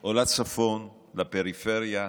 או לצפון, לפריפריה,